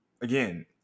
Again